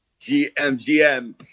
GMGM